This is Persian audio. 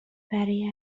برای